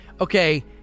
Okay